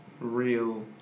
Real